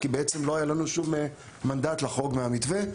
כי בעצם לא היה לנו שום מנדט לחרוג מהמתווה.